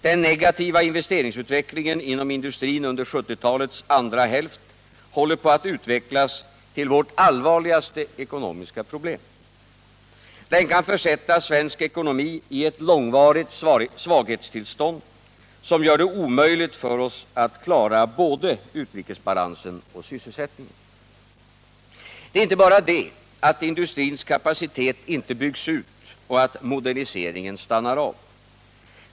Den negativa investeringsutvecklingen inom industrin under 1970-talets andra hälft håller på att utvecklas till vårt allvarligaste ekonomiska problem. Det kan försätta svensk ekonomi i ett långvarigt svaghetstillstånd, som gör det omöjligt för oss att klara både utrikesbalansen och sysselsättningen. Det är inte bara det att industrins kapacitet inte byggs ut och att moderniseringen stannar av.